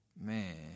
Man